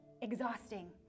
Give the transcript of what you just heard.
exhausting